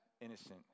innocent